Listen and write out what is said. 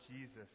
Jesus